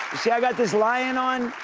see i got this lion on,